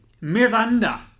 Miranda